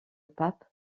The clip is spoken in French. pape